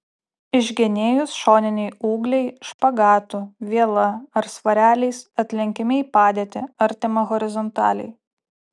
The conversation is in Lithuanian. išgenėjus šoniniai ūgliai špagatu viela ar svareliais atlenkiami į padėtį artimą horizontaliai